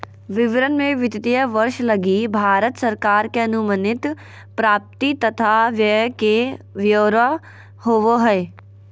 विवरण मे वित्तीय वर्ष लगी भारत सरकार के अनुमानित प्राप्ति तथा व्यय के ब्यौरा होवो हय